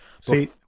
see